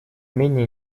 менее